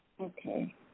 okay